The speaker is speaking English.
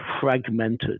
fragmented